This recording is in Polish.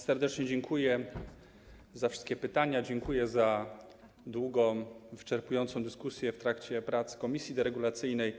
Serdecznie dziękuję za wszystkie pytania oraz za długą i wyczerpującą dyskusję w trakcie prac w komisji deregulacyjnej.